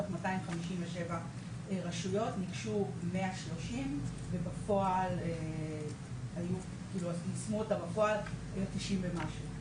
מתוך 257 רשויות ניגשו 130 ובפועל יישמו אותה בערך 90 ומשהו.